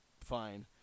fine